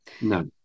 No